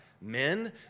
men